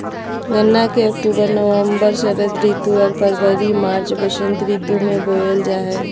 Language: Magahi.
गन्ना के अक्टूबर नवम्बर षरद ऋतु आर फरवरी मार्च बसंत ऋतु में बोयल जा हइ